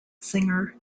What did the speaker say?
singer